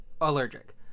allergic